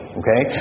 okay